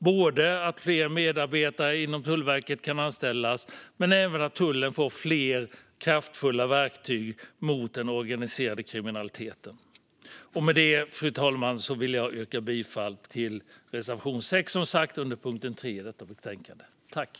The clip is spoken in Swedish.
Inte bara behöver fler medarbetare anställas till Tullverket, utan tullen behöver även få fler kraftfulla verktyg mot den organiserade kriminaliteten. Med det yrkar jag som sagt bifall till reservation 6 under punkt 3 i detta betänkande, fru talman.